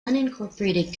unincorporated